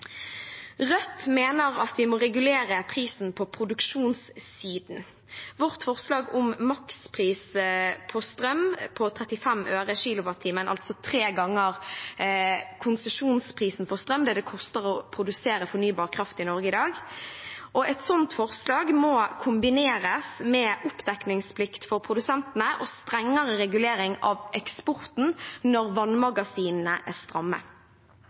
Rødt mener at vi må regulere prisen på produksjonssiden. Vårt forslag om makspris på strøm på 35 øre/kWh – altså tre ganger konsesjonsprisen på strøm, det det koster å produsere fornybar kraft i Norge i dag – må kombineres med oppdekningsplikt for produsentene og strengere regulering av eksporten når vannmagasinene er stramme.